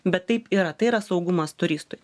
bet taip yra tai yra saugumas turistui